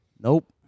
Nope